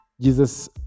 Jesus